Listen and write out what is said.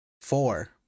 Four